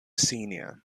senior